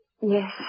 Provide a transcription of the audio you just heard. Yes